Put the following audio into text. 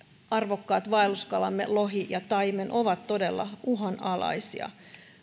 arvokkaat vaelluskalamme lohi ja taimen ovat todella uhanalaisia